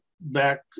back